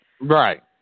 Right